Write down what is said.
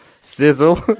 Sizzle